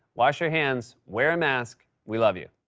wash your hands, wear a mask. we love you.